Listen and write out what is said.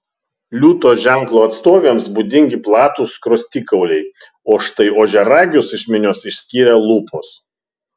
liūto ženklo atstovėms būdingi platūs skruostikauliai o štai ožiaragius iš minios išskiria lūpos